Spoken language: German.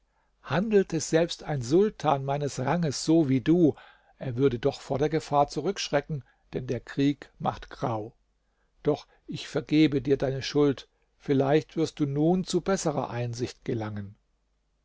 handelte selbst ein sultan meines ranges so wie du er würde doch vor der gefahr zurückschrecken denn der krieg macht grau doch ich vergebe dir deine schuld vielleicht wirst du nun zu besserer einsicht gelangen